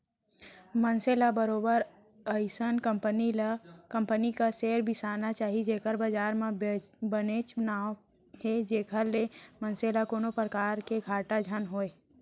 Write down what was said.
मनसे ल बरोबर अइसन कंपनी क सेयर बिसाना चाही जेखर बजार म बनेच नांव हे जेखर ले मनसे ल कोनो परकार ले घाटा झन होवय